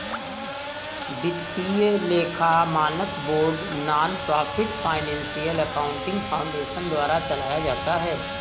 वित्तीय लेखा मानक board nonprofit financial accounting foundation द्वारा चलाया जाता है